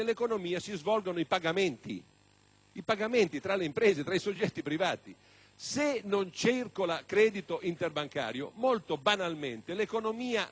i pagamenti tra le imprese, tra i soggetti privati. Se non circola credito interbancario, molto banalmente, l'economia reale si ferma,